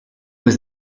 was